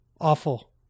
Awful